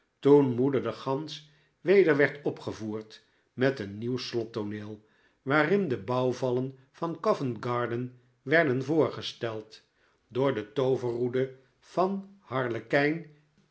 toen moeder de gans weder werd opgevoerd met een nieuw slottooneel waarin de bouwvallen van covent-garden werden voorgesteld door de tooverroede van harlekijn